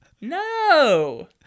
No